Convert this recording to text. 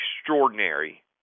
extraordinary